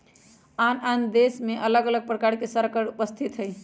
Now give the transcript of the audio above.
आन आन देशमें अलग अलग प्रकार के सरकार उपस्थित हइ